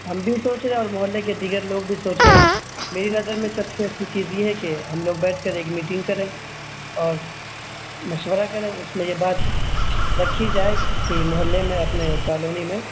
ہم بھی سوچ رہے ہیں اور محلے کے دیگر لوگ بھی سوچ رہے ہیں میری نظر میں سب سے اچھی چیز یہ ہے کہ ہم لوگ بیٹھ کر ایک میٹنگ کریں اور مشورہ کریں اس میں یہ بات رکھی جائے کہ محلے میں اپنے کالونی میں